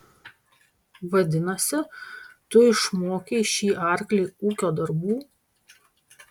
vadinasi tu išmokei šį arklį ūkio darbų